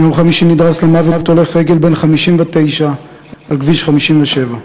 ביום חמישי נדרס למוות הולך רגל בן 59 על כביש 57,